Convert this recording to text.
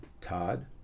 Todd